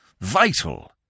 vital